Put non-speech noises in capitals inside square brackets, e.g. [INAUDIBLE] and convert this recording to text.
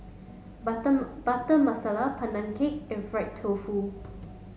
butter [UNINTELLIGIBLE] butter Masala Pandan cake and fried tofu